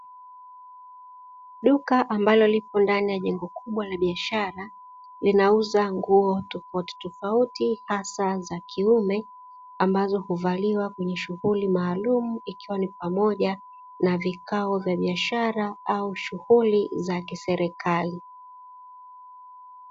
Duka ambalo lipo ndani ya jengo kubwa la biashara linauza nguo tofautitofauti hasa za kiume ambazo huvaliwa kwenye shughuli maalumu, ikiwa ni pamoja na vikao vya biashara au shughuli za kiserikali.